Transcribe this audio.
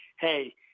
hey